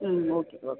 ம் okay okay